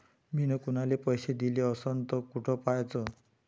मिन कुनाले पैसे दिले असन तर कुठ पाहाचं?